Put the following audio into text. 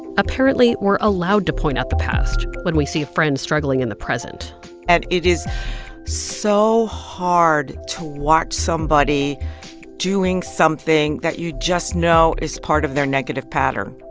apparently, we're allowed to point out the past when we see a friend struggling in the present and it is so hard to watch somebody doing something that you just know is part of their negative pattern.